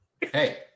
Hey